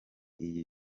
iyi